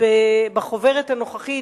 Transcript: בחוברת הנוכחית,